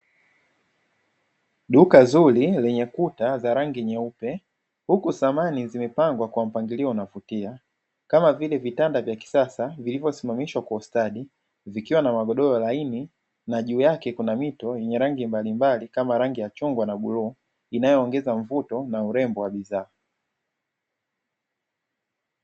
Duka zuri lenye kuta za rangi nyeupe huku samani zimepangwa kwa mpangilio unaovutia, kama vile vitanda vya kisasa vilivyosimamishwa kwa ustadi, vikiwa na magodoro laini. Na juu yake kuna mito yenye rangi mbalimbali kama rangi ya chungwa na bluu inayoongeza mvuto na urembo wa bidhaa.